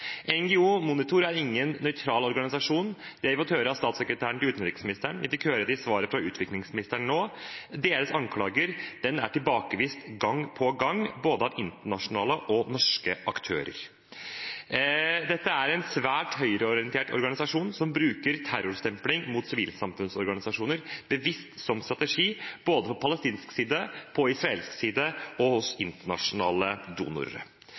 NGO Monitor er ingen nøytral organisasjon. Det har vi fått høre av statssekretæren til utenriksministeren. Vi fikk høre det i svaret fra utviklingsministeren nå. Deres anklager er tilbakevist gang på gang av både internasjonale og norske aktører. Dette er en svært høyreorientert organisasjon som bruker terrorstempling av sivilsamfunnsorganisasjoner bevisst som strategi både på palestinsk side, på israelsk side og hos